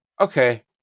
okay